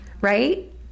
right